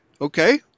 Okay